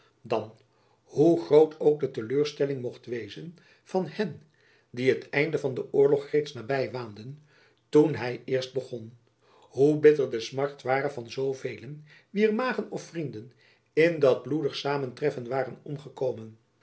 dan hoe groot ook de teleurstelling mocht wezen van hen die het einde van den oorlog reeds naby waanden toen hy eerst begon hoe bitter de smart ware van zoovelen wier magen of vrienden in dat bloedig samentreffen waren omgekomen